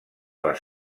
les